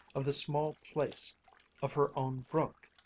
of the small place of her own brook,